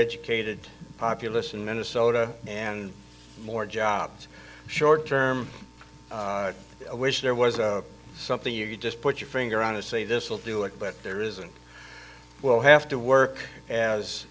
educated populace in minnesota and more jobs short term i wish there was something you just put your finger on to say this will do it but there is and will have to work as